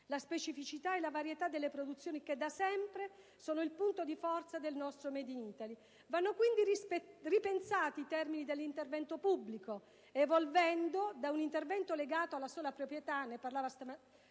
la specificità e la varietà delle produzioni che, da sempre, sono il punto di forza del nostro *made in Italy*. Vanno, quindi, ripensati i termini dell'intervento pubblico, evolvendo da un intervento legato alla sola proprietà - ne parlava poc'anzi